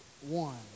one